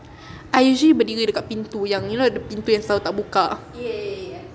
I usually berdiri dekat pintu yang you know pintu yang selalu tak buka